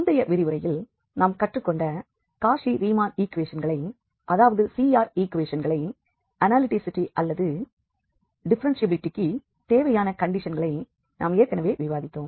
முந்தைய விரிவுரையில் நாம் கற்றுக்கொண்ட காச்சி ரீமான் ஈக்குவேஷன்களை அதாவது CR ஈக்குவேஷன்களை அனாலிசிட்டி அல்லது டிஃப்பரென்ஷியபிலிட்டிக்கு தேவையான கண்டிஷன்களை நாம் ஏற்கனவே விவாதித்தோம்